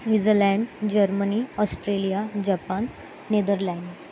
Switzerland Germany Australia Japan Netherlands